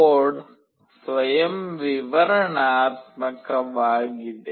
code ಸ್ವಯಂ ವಿವರಣಾತ್ಮಕವಾಗಿದೆ